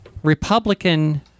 Republican